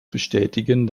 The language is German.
bestätigen